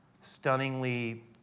stunningly